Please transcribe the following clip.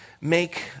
make